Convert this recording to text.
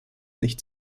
nicht